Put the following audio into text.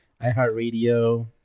iHeartRadio